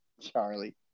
Charlie